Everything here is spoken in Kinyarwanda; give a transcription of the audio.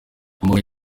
umugabo